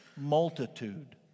multitude